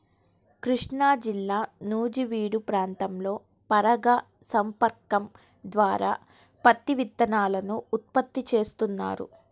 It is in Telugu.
కృష్ణాజిల్లా నూజివీడు ప్రాంతంలో పరాగ సంపర్కం ద్వారా పత్తి విత్తనాలను ఉత్పత్తి చేస్తున్నారు